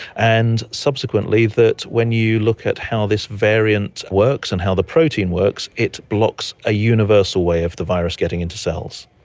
and subsequently that when you look at how this variant works and how the protein works, it blocks a universal way of the virus getting into cells.